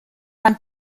man